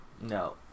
No